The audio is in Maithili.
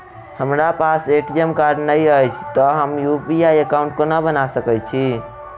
हमरा पास ए.टी.एम कार्ड नहि अछि तए हम यु.पी.आई एकॉउन्ट कोना बना सकैत छी